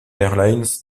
airlines